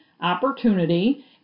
opportunity